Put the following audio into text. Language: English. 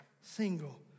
single